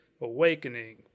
Awakening